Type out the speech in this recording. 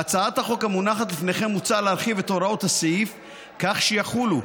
בהצעת החוק המונחת לפניכם מוצע להרחיב את הוראות הסעיף כך שיחולו,